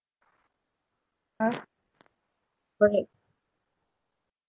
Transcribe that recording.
uh right